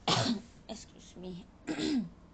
excuse me